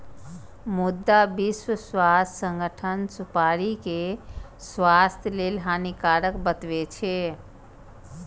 मुदा विश्व स्वास्थ्य संगठन सुपारी कें स्वास्थ्य लेल हानिकारक बतबै छै